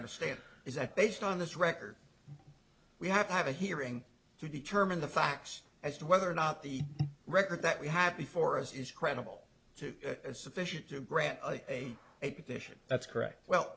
understand is that based on this record we have to have a hearing to determine the facts as to whether or not the record that we have before us is credible two sufficient to grant a petition that's correct well